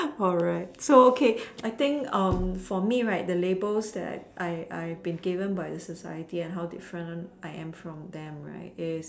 correct so okay I think for me right the labels that I I I've been given by the society and how different I am from them right is